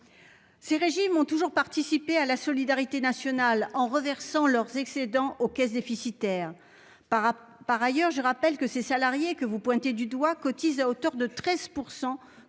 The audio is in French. Ces régimes ont toujours contribué à la solidarité nationale, en reversant leurs excédents aux caisses déficitaires. Par ailleurs, je rappelle que ces salariés que vous pointez du doigt cotisent à hauteur de 13